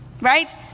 Right